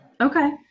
Okay